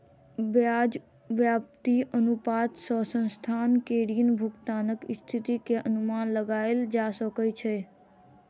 ब्याज व्याप्ति अनुपात सॅ संस्थान के ऋण भुगतानक स्थिति के अनुमान लगायल जा सकै छै